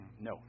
No